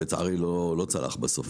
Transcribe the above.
לצערי זה לא צלח בסוף.